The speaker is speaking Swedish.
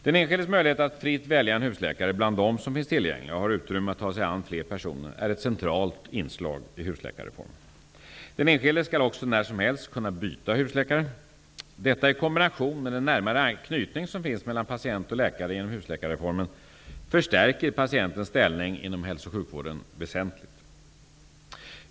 Den enskildes möjlighet att fritt välja en husläkare bland dem som finns tillgängliga och har utrymme att ta sig an fler personer är ett centralt inslag i husläkarreformen. Den enskilde skall också när som helst kunna byta husläkare. Detta, i kombination med den närmare knytning som finns mellan patient och läkare genom husläkarreformen, förstärker patientens ställning inom hälso och sjukvården väsentligt.